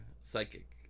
psychic